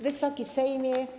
Wysoki Sejmie!